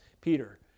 Peter